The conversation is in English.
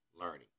learning